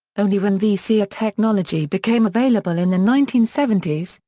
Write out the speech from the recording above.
only when vcr technology became available in the nineteen seventy s,